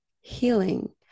healing